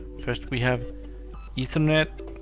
first we have ethernet.